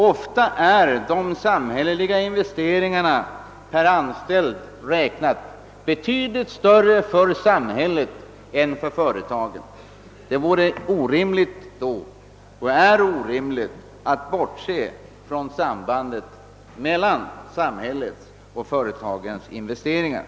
Ofta är de samhälleliga investeringarna per anställd betydligt större än företagens investeringar. Det är då orimligt att bortse från sambandet mellan samhällets och företagens investeringar.